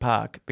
Park